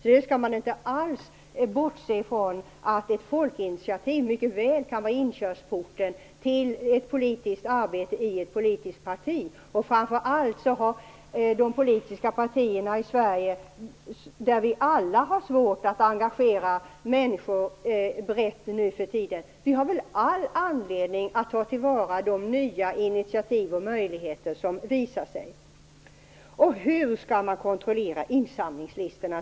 Man skall inte alls bortse från att folkinitiativ mycket väl kan vara inkörsporten till ett politiskt arbete i ett politiskt parti. Framför allt har de politiska partierna i Sverige, där vi alla har svårt att engagera människor nu för tiden, all anledning att ta till vara de nya initiativ och möjligheter som visar sig.